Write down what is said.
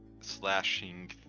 slashing